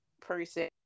person